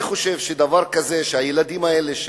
אני חושב שהילדים האלה,